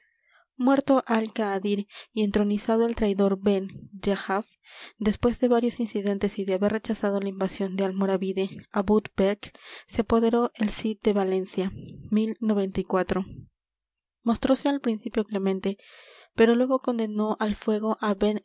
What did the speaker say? muerto al kaadir y entronizado el traidor ben dyajaf después de varios incidentes y de haber rechazado la invasión del almoravide abou becr se apoderó el cid de valencia mostrose al principio clemente pero luégo condenó al fuego á